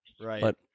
right